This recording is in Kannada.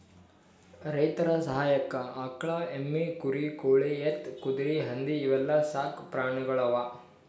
ರೈತರ್ ಸಹಾಯಕ್ಕ್ ಆಕಳ್, ಎಮ್ಮಿ, ಕುರಿ, ಕೋಳಿ, ಎತ್ತ್, ಕುದರಿ, ಹಂದಿ ಇವೆಲ್ಲಾ ಸಾಕ್ ಪ್ರಾಣಿಗೊಳ್ ಅವಾ